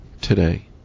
today